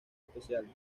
especiales